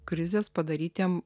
krizės padarytiem